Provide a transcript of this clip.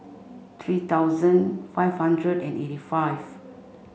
three thousand five hundred and eighty five